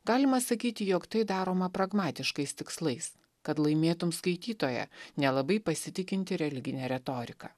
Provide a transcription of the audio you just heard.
galima sakyti jog tai daroma pragmatiškais tikslais kad laimėtum skaitytoją nelabai pasitikintį religine retorika